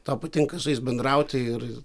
tau patinka su jais bendrauti ir